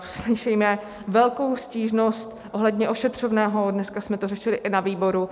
Slyšíme velkou stížnost ohledně ošetřovného, dneska jsme to řešili i na výboru.